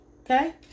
Okay